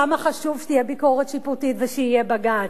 למה חשוב שתהיה ביקורת שיפוטית ושיהיה בג"ץ,